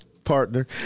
partner